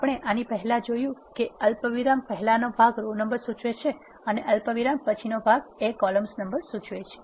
આપણે આની પહેલા જોયું કે અલ્પવિરામ પહેલાનો ભાગ રો નંબર સુચવે છે અને અલ્પવિરામ પછીનો ભાગ કોલમ્સ નંબર સુચવે છે